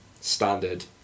standard